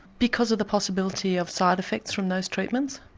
because of the possibility of side effects from those treatments?